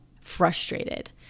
frustrated